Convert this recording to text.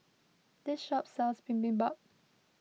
this shop sells Bibimbap